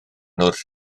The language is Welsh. wrth